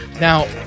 Now